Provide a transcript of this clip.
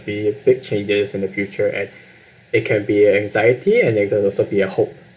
be it big changes in the future and it can be an anxiety and it can also be a hope